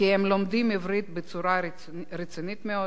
כי הם לומדים עברית בצורה רצינית מאוד.